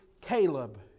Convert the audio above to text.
Caleb